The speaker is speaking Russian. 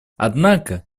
однако